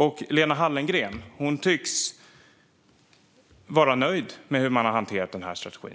Och Lena Hallengren tycks vara nöjd med hur man har hanterat denna strategi.